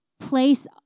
place